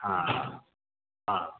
हँ हँ हँ